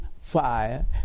fire